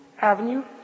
Avenue